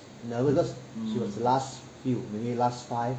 nervous because she was the last few maybe last five